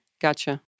Gotcha